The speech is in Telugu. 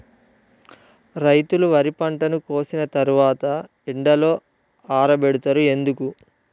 రైతులు వరి పంటను కోసిన తర్వాత ఎండలో ఆరబెడుతరు ఎందుకు?